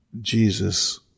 Jesus